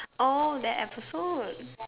oh that episode